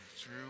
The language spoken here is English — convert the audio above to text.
true